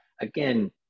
Again